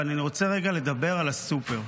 אבל אני רוצה רגע לדבר על הסופר,